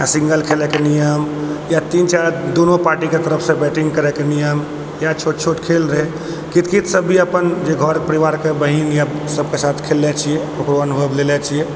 single खेलैके नियम या तीन चारि दोनो पार्टीके तरफसँ बैटिंग करैके नियम या छोट छोट खेल रहै कितकित सब जे अपन घर परिवारके बहिन सबके साथ खेलने छियै ओकरो अनुभव लेने छियै